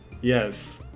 Yes